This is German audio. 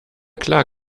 klar